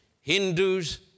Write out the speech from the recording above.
Hindus